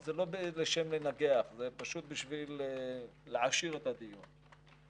וזה לא לשם ניגוח, זה פשוט בשביל להעשיר את הדיון.